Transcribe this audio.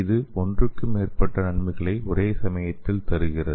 இது ஒன்றுக்கும் மேற்பட்ட நன்மைகளை ஒரே சமயத்தில் தருகிறது